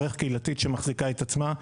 מערכת קהילתית שמחזיקה את עצמה,